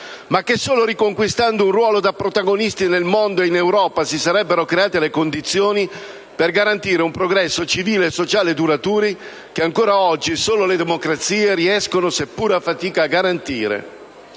ma che solo riconquistando un ruolo da protagonisti nel mondo e in Europa si sarebbero create le condizioni per garantire un progresso civile e sociale duraturo che ancora oggi solo le democrazie riescono, seppure a fatica, a garantire.